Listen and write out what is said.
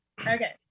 Okay